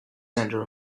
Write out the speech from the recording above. center